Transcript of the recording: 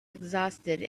exhausted